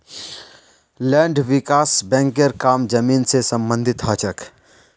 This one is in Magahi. लैंड विकास बैंकेर काम जमीन से सम्बंधित ह छे